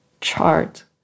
chart